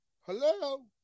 Hello